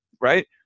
right